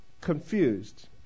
confused